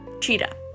cheetah